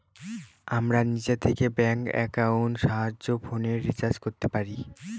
আমরা নিজে থেকে ব্যাঙ্ক একাউন্টের সাহায্যে ফোনের রিচার্জ করতে পারি